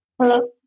Hello